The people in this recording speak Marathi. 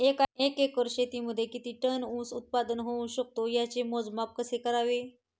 एका एकर शेतीमध्ये किती टन ऊस उत्पादन होऊ शकतो? त्याचे मोजमाप कसे करावे?